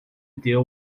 deal